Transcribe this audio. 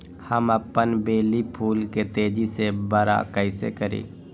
हम अपन बेली फुल के तेज़ी से बरा कईसे करी?